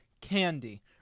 candy